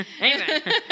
Amen